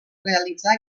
realitzar